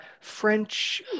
French